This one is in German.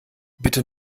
bitte